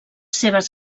seves